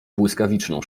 błyskawiczną